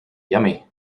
yummy